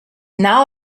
now